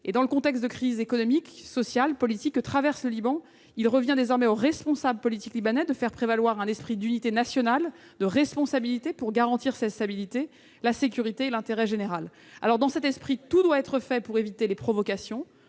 Dans le contexte de crise économique, sociale et politique que connaît le Liban, il revient aux responsables politiques libanais de faire prévaloir un esprit d'unité nationale et de responsabilité pour garantir la stabilité, la sécurité et l'intérêt général du pays. Dans cet esprit, tout doit être fait pour éviter les provocations